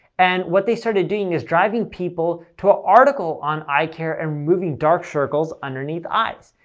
and what they started doing is driving people to an article on eye care and removing dark circles underneath eyes.